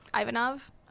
Ivanov